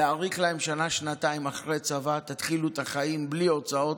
להאריך להם שנה-שנתיים אחרי צבא: תתחילו את החיים בלי ההוצאות,